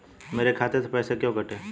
मेरे खाते से पैसे क्यों कटे?